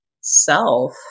self